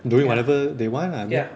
doing whatever they want lah don't